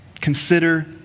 Consider